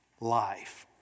life